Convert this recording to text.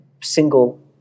single